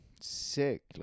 sick